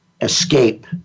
escape